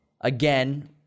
Again